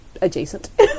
adjacent